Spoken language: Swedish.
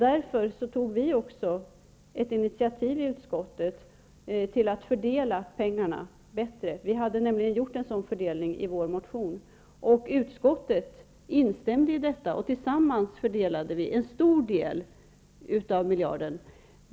Därför tog vi också ett initiativ i utskottet till att bättre fördela pengarna. Vi hade nämligen gjort en sådan fördelning i vår motion. Utskottet instämde i denna. Tillsammans fördelade vi en stor del av miljarden.